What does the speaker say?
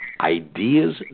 ideas